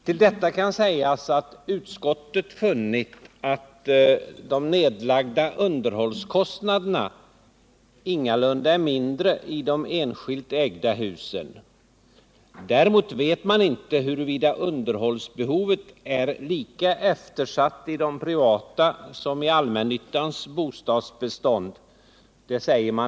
Till detta kan sägas att utskottet funnit att underhållskostnaderna ingalunda är lägre i de enskilt ägda husen. Däremot vet man inte huruvida underhållsbehovet är lika eftersatt i de privata husen som i allmännyttans bostadsbestånd.